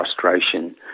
frustration